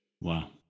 Wow